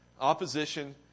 opposition